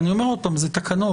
אני אומר עוד פעם, אלה תקנות.